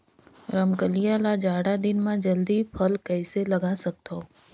रमकलिया ल जाड़ा दिन म जल्दी फल कइसे लगा सकथव?